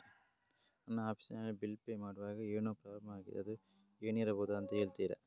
ನನ್ನ ಆಫೀಸ್ ನ bill pay ಮಾಡ್ವಾಗ ಏನೋ ಪ್ರಾಬ್ಲಮ್ ಆಗಿದೆ ಅದು ಏನಿರಬಹುದು ಅಂತ ಹೇಳ್ತೀರಾ?